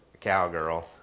cowgirl